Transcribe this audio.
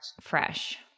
fresh